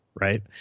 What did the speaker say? Right